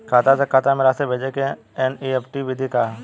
खाता से खाता में राशि भेजे के एन.ई.एफ.टी विधि का ह?